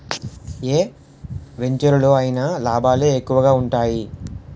ఏ వెంచెరులో అయినా లాభాలే ఎక్కువగా ఉంటాయి